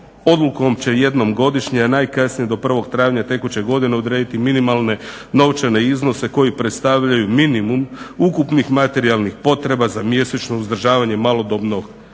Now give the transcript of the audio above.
odlukom će jednom godišnje, a najkasnije do 1. travnja tekuće godine odrediti minimalne novčane iznose koji predstavljaju minimum ukupnih materijalnih potreba za mjesečno uzdržavanje maloljetnog djeteta